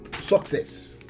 success